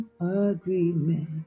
agreement